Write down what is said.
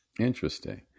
Interesting